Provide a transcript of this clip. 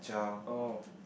oh